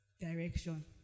direction